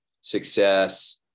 success